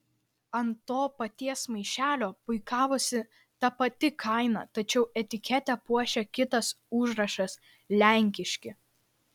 ant to paties maišelio puikavosi ta pati kaina tačiau etiketę puošė kitas užrašas lenkiški